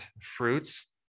fruits